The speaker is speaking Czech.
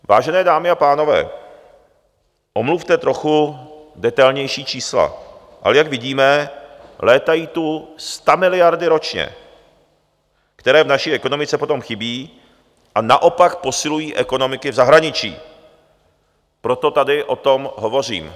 Vážené dámy a pánové, omluvte trochu detailnější čísla, ale jak vidíme, létají tu stamiliardy ročně, které v naší ekonomice potom chybí a naopak posilují ekonomiky v zahraničí, proto tady o tom hovořím.